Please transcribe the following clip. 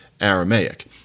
Aramaic